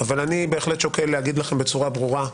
אבל אני בהחלט שוקל להגיד לכם בצורה ברורה,